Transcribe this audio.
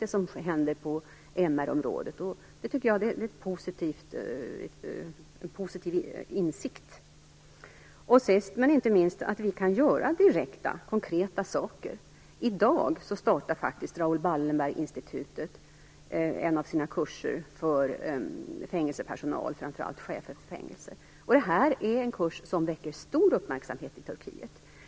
Det är en positiv insikt. Sist men inte minst kan vi göra direkta, konkreta saker. I dag startar Raoul Wallenberg-institutet en av sina kurser för fängelsepersonal, framför allt fängelsechefer. Detta är en kurs som väcker stor uppmärksamhet i Turkiet.